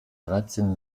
dreizehn